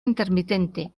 intermitente